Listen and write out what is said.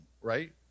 right